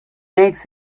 makes